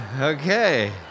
Okay